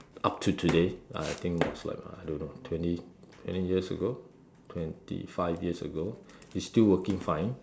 up to today I think was like I don't know twenty twenty years ago twenty five years ago is still working fine